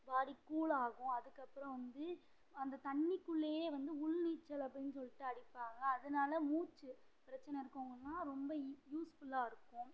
பாடி கூலாகும் அதுக்கப்புறம் வந்து அந்த தண்ணிக்குள்ளேயே வந்து உள்நீச்சல் அப்படின்னு சொல்லிட்டு அடிப்பாங்க அதனால மூச்சு பிரச்சினை இருக்கறவங்களுக்குலாம் ரொம்ப இ யூஸ்ஃபுல்லாக இருக்கும்